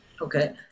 Okay